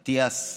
אטיאס,